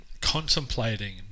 contemplating